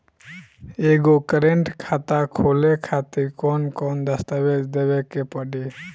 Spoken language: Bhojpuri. एगो करेंट खाता खोले खातिर कौन कौन दस्तावेज़ देवे के पड़ी?